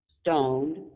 stoned